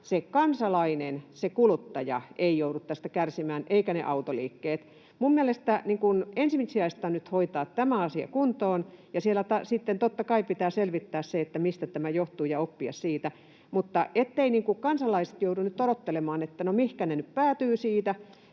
että se kansalainen, se kuluttaja, ei joudu tästä kärsimään eivätkä ne autoliikkeet. Minun mielestäni ensisijaista on nyt hoitaa tämä asia kuntoon, ja siinä sitten, totta kai, pitää selvittää se, mistä tämä johtuu, ja oppia siitä. Mutta etteivät kansalaiset joudu nyt odottelemaan, että ”no, mihinkä ne nyt päätyvät siinä